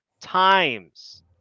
times